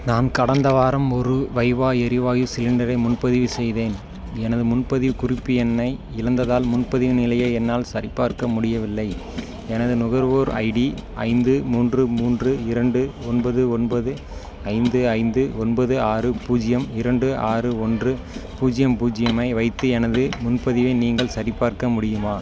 நான் கடந்த வாரம் ஒரு வைவா எரிவாயு சிலிண்டரை முன்பதிவு செய்தேன் எனது முன்பதிவுக் குறிப்பு எண்ணை இழந்ததால் முன்பதிவின் நிலையை என்னால் சரிபார்க்க முடியவில்லை எனது நுகர்வோர் ஐடி ஐந்து மூன்று மூன்று இரண்டு ஒன்பது ஒன்பது ஐந்து ஐந்து ஒன்பது ஆறு பூஜ்ஜியம் இரண்டு ஆறு ஒன்று பூஜ்ஜியம் பூஜ்ஜியமை வைத்து எனது முன்பதிவை நீங்கள் சரிபார்க்க முடியுமா